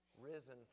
risen